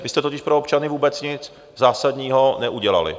Vy jste totiž pro občany vůbec nic zásadního neudělali.